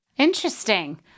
Interesting